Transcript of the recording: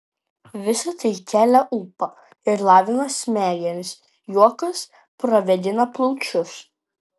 visa tai kelia ūpą ir lavina smegenis juokas pravėdina plaučius